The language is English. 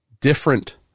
different